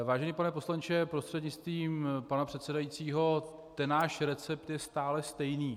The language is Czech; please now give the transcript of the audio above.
Vážený pane poslanče prostřednictvím pana předsedající, náš recept je stále stejný.